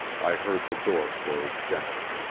i heard the door close gently.